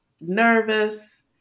nervous